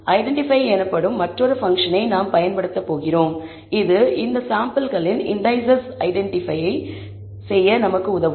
identify எனப்படும் மற்றொரு ஃபங்ஷனை நாம் பயன்படுத்தப் போகிறோம் இது இந்த சாம்பிள்களின் இண்டீசெஸ் ஐடென்டிபை செய்ய உதவும்